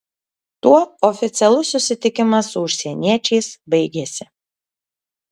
tuo oficialus susitikimas su užsieniečiais baigėsi